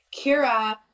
Kira